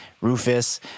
Rufus